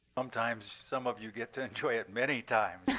sometimes some of you get to enjoy it many times.